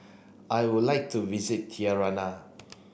I would like to visit Tirana